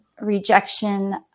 rejection